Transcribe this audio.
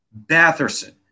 Batherson